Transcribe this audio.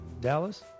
Dallas